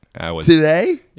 Today